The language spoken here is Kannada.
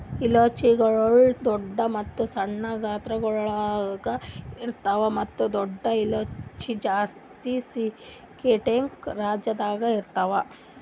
ಇಲೈಚಿಗೊಳ್ ದೊಡ್ಡ ಮತ್ತ ಸಣ್ಣ ಗಾತ್ರಗೊಳ್ದಾಗ್ ಇರ್ತಾವ್ ಮತ್ತ ದೊಡ್ಡ ಇಲೈಚಿ ಜಾಸ್ತಿ ಸಿಕ್ಕಿಂ ರಾಜ್ಯದಾಗ್ ಇರ್ತಾವ್